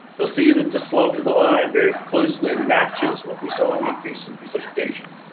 you'll see that the slope of the line very closely matches what we saw an increase in precipitation.